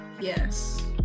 yes